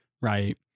right